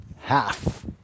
half